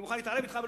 אני מוכן להתערב אתך.